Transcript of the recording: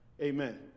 Amen